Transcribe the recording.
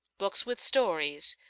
books with stories,